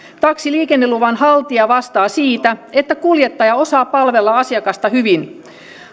taksiliikenneluvan haltija vastaa siitä että kuljettaja osaa palvella asiakasta hyvin